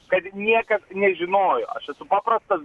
kad niekas nežinojo aš esu paprastas